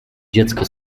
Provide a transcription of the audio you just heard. dziecko